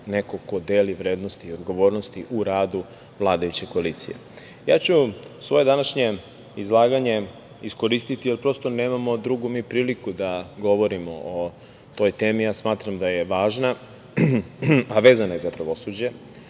neko ko deli vrednosti i odgovornosti u radu vladajuće koalicije. Svoje današnje izlaganje ću iskoristiti, jer prosto nemamo drugu priliku da govorimo o toj temi, a smatram da je važna i vezana je za pravosuđe.